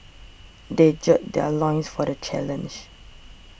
they gird their loins for the challenge